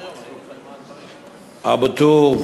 אבו-תור,